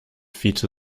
fiete